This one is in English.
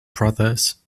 brothers